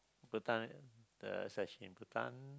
Bhutan is actually in Bhutan